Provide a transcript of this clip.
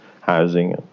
housing